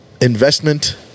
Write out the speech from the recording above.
Investment